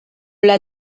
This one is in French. l’a